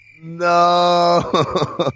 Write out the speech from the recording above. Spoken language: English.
No